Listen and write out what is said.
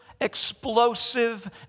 explosive